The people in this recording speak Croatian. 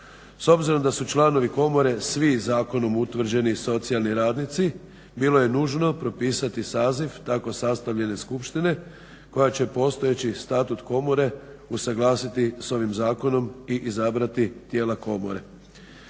S obzirom da su članovi komore svi zakonom utvrđeni socijalni radnici bilo je nužno propisati saziv tako sastavljene skupštine koja će postojeći statut komore usuglasiti s ovim zakonom i izabrati tijela komore.